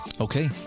Okay